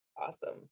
Awesome